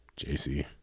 JC